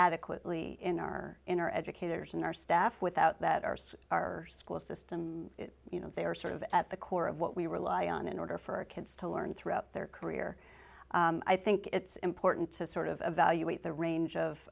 adequately in our inner educators in our staff without that arse our school system you know they are sort of at the core of what we rely on in order for our kids to learn throughout their career i think it's important to sort of value at the range of